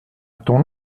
ton